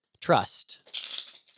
trust